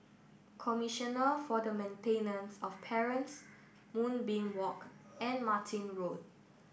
Commissioner for the Maintenance of Parents Moonbeam Walk and Martin Road